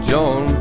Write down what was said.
John